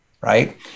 right